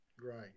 Right